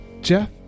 Jeff